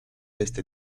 este